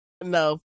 no